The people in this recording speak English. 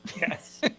Yes